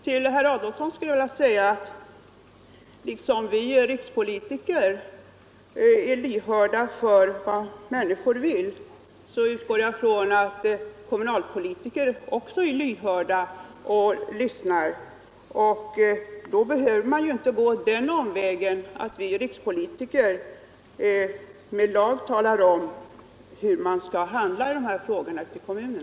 Till herr Adolfsson vill jag säga att liksom vi rikspolitiker är lyhörda för vad människor vill, utgår jag från att även kommunalpolitiker är lyhörda. Då behöver man inte gå omvägen att vi rikspolitiker med lag talar om hur kommunerna skall handla i dessa frågor.